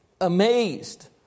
amazed